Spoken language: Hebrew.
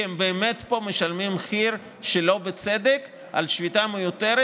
כי הם באמת משלמים פה מחיר שלא בצדק על שביתה מיותרת,